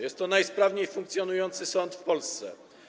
Jest to najsprawniej funkcjonujący sąd w Polsce.